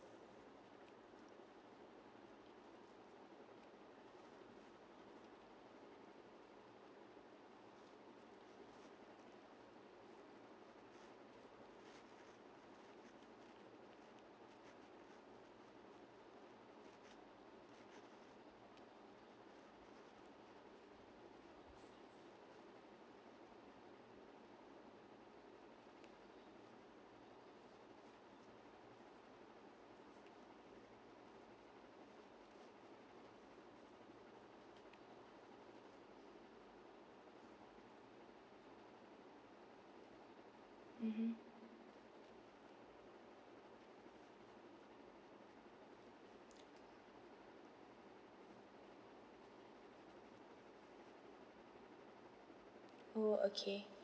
mmhmm oh okay